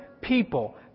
people